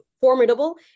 formidable